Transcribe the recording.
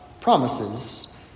promises